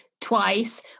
twice